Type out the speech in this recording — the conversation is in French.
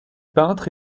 peintre